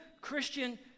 Christian